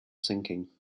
sinking